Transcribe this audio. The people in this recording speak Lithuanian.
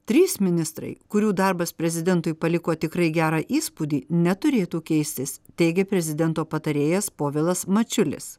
trys ministrai kurių darbas prezidentui paliko tikrai gerą įspūdį neturėtų keistis teigė prezidento patarėjas povilas mačiulis